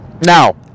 Now